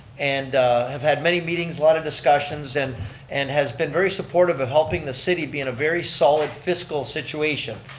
and have had many meetings, a lot of discussions and and has been very supportive in helping the city be in a very solid fiscal situation.